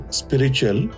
spiritual